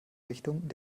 richtung